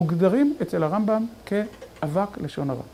‫מוגדרים אצל הרמב״ם ‫כאבק לשעון הבא.